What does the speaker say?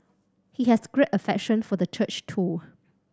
he has great affection for the church too